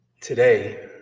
today